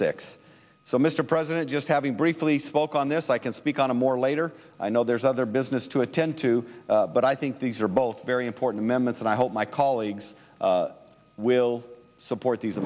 six so mr president just having briefly spoke on this i can speak on a more later i know there's other business to attend to but i think these are both very important members and i hope my colleagues will support the